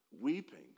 weeping